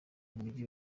umujyi